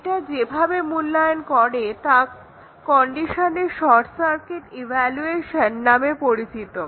এটা যেভাবে মূল্যায়ন করে তা কন্ডিশনের শর্ট সার্কিট ইভালুয়েশন নামে পরিচিত